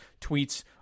tweets